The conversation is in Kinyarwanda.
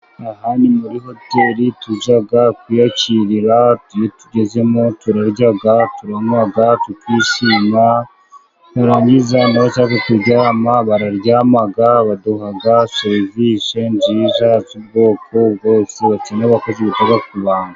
Aha ni muri hoteri tujya kwiyakirira, iyo tugezemo turarya, turanywa, tukishima, twarangiza n'abashaka kuryama bararyama, baduha serivise nziza z'ubwoko bwose, bafite n'abakozi bita ku bantu.